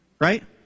Right